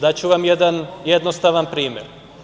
Daću vam jedan jednostavan primer.